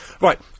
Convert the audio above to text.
Right